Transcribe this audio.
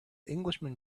englishman